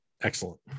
Excellent